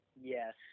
Yes